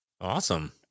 Awesome